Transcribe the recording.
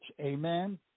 amen